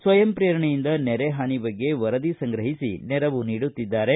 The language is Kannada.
ಸ್ವಯಂಪ್ರೇರಣೆಯಿಂದ ನೆರೆ ಪಾನಿ ಬಗ್ಗೆ ವರದಿ ಸಂಗ್ರಹಿಸಿ ನೆರವು ನೀಡುತ್ತಿದ್ದಾರೆ